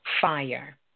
fire